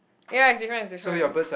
ya it's different it's different